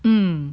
mm